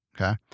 okay